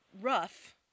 rough